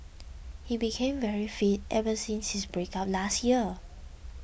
he became very fit ever since his breakup last year